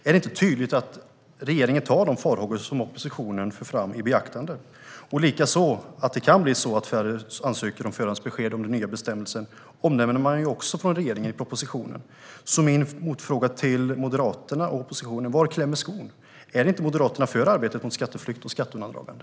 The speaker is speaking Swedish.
Är det inte tydligt att regeringen tar de farhågor som oppositionen för fram i beaktande? Likaså omnämner man också från regeringens sida i propositionen att det kan bli så att färre ansöker om förhandsbesked om den nya bestämmelsen införs. Min motfråga till Moderaterna och oppositionen är: Var klämmer skon? Är inte Moderaterna för arbetet mot skatteflykt och skatteundandragande?